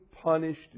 punished